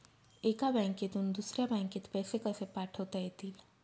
एका बँकेतून दुसऱ्या बँकेत पैसे कसे पाठवता येतील?